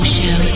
Show